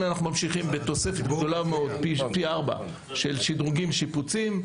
ממשיכים בתוספת גדולה מאוד פי ארבע של שדרוגים ושיפוצים.